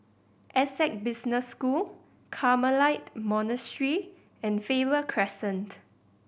Essec Business School Carmelite Monastery and Faber Crescent